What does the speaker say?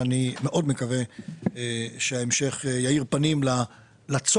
אני מאוד מקווה שההמשך יאיר פנים להמשכיות